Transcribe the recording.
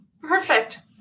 perfect